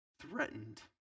threatened